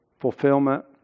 fulfillment